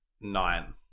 nine